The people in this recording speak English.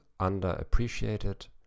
underappreciated